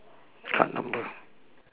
card number